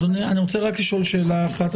אדוני, אני רוצה רק לשאול שאלה אחת,